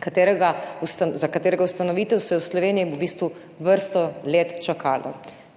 katerega ustanovitev smo v Sloveniji v bistvu čakali vrsto let.